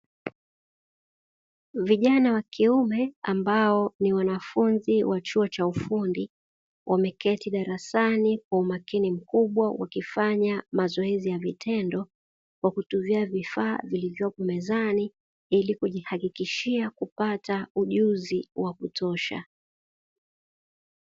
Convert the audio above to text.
Vijana wa kiume ambao ni wanafunzi wa chuo cha ufundi wameketi darasanim kwa umakini mkubwa wakifanya mazoezi ya vitendo kwa kutumia vifaa vilivyopo mezani ilikujihakikishia kupata ujuzi wa kutosha.